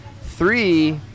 Three